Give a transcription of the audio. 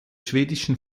schwedischen